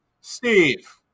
Steve